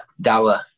Dollar